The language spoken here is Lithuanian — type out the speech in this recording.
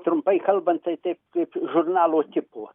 trumpai kalbant tai taip kaip žurnalo tipo